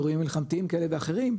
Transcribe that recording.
אירועים מלחמתיים כאלה ואחרים,